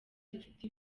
dufite